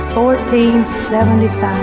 1475